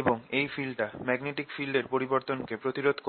এবং এই ফিল্ডটা ম্যাগনেটিক ফিল্ড এর পরিবর্তন কে প্রতিরোধ করবে